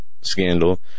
scandal